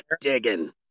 digging